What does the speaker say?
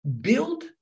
build